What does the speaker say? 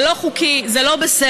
זה לא חוקי, זה לא בסדר.